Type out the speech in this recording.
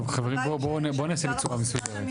טוב חברים, בואו נעשה את זה בצורה מסודרת.